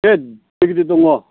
गिदिद गिदिद दङ